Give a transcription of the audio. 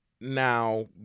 Now